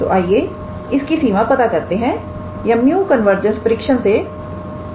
तो आइए इसकी सीमा पता करते हैं या 𝜇 कन्वर्जेंस परीक्षण 𝜇 convergence test से 𝜆